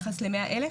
ביחס ל-100,000,